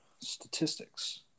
statistics